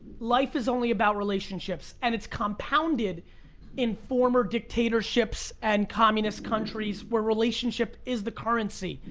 life is only about relationships, and it's compounded in former dictatorships and communist countries where relationship is the currency.